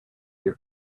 your